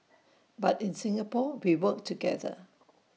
but in Singapore we work together